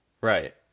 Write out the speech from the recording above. Right